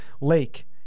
lake